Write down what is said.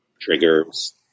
triggers